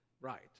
Right